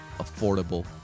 affordable